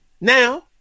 Now